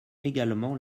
également